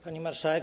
Pani Marszałek!